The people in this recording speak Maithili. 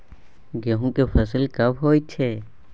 गेहूं के फसल कब होय छै?